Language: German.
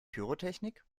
pyrotechnik